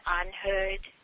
unheard